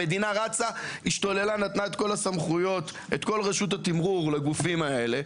המדינה השתוללה ונתנה את כול הסמכויות ואת כול רשות התמרור לגופים האלה,